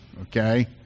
okay